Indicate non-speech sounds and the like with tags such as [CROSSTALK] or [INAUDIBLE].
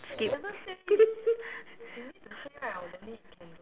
skip [LAUGHS]